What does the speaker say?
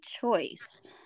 choice